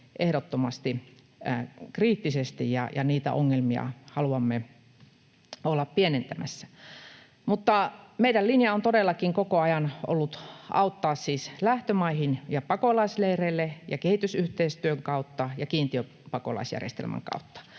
ehdottomasti kriittisesti, ja niitä ongelmia haluamme olla pienentämässä. Mutta meidän linjamme on todellakin koko ajan ollut auttaa lähtömaissa ja pakolaisleireillä ja kehitysyhteistyön kautta ja kiintiöpakolaisjärjestelmän kautta.